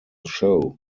show